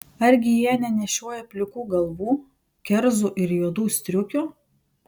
argi jie nenešioja plikų galvų kerzų ir juodų striukių